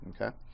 Okay